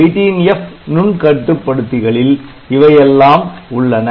18F நுண் கட்டுப்படுத்திகளில் இவையெல்லாம் உள்ளன